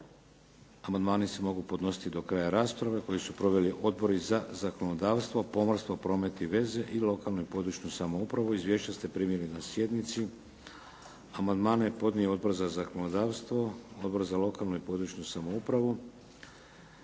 Amandmani se mogu podnositi do kraja rasprave koje su proveli odbori za zakonodavstvo, pomorstvo, promet i veze i lokalnu i područnu samoupravu. Izvješća ste primili na sjednici. Amandmane je podnio Odbor za zakonodavstvo, Odbor za lokalnu i područnu samoupravu.